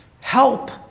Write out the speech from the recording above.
Help